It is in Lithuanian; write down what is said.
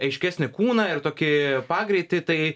aiškesnį kūną ir tokį pagreitį tai